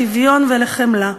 לשוויון ולחמלה.